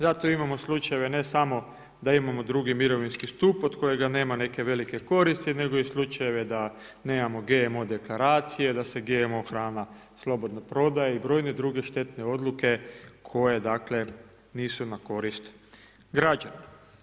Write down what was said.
Zato imamo slučajeve ne samo da imamo drugi mirovinski stup od kojega nema neke velike koristi, nego i slučajeve da nemamo GMO deklaracije, da se GMO hrana slobodno prodaje i brojne druge štetne odluke koje nisu na korist građana.